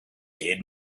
did